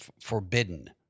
forbidden